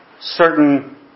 certain